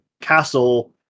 castle